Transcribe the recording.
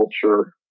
culture